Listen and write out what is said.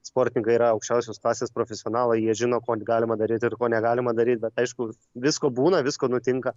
sportininkai yra aukščiausios klasės profesionalai jie žino ko galima daryt ir ko negalima daryt bet aišku visko būna visko nutinka